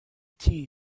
tea